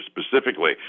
specifically